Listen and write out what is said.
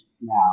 now